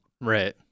Right